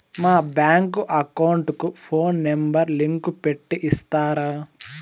మా bank account కు phone number link పెట్టి ఇస్తారా?